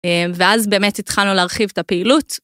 ואז באמת התחלנו להרחיב את הפעילות.